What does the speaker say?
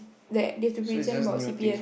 like they have to present about C_P_F